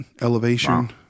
elevation